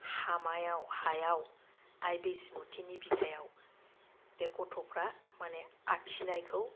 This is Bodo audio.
हामायाव हायाव आइ बैसोमुथिनि बिखायाव बे गथ'फ्रा माने आखिनायखौ